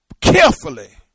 Carefully